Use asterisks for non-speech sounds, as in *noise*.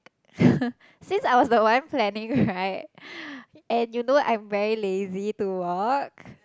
*laughs* since I was the one planning right and you know I'm very lazy to walk